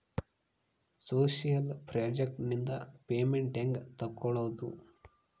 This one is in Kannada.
ಸೋಶಿಯಲ್ ಪ್ರಾಜೆಕ್ಟ್ ನಿಂದ ಪೇಮೆಂಟ್ ಹೆಂಗೆ ತಕ್ಕೊಳ್ಳದು?